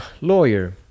Lawyer